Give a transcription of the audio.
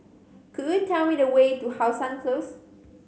could you tell me the way to How Sun Close